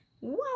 wow